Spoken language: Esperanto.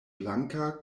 blanka